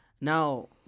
Now